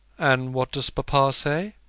and what does papa say?